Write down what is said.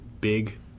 big